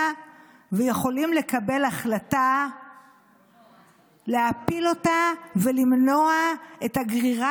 ויכולים לקבל החלטה להפיל אותה ולמנוע את הגרירה